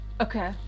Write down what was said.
Okay